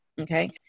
okay